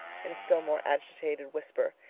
in a still more agitated whisper.